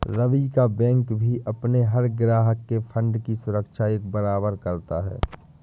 रवि का बैंक भी अपने हर ग्राहक के फण्ड की सुरक्षा एक बराबर करता है